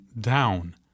down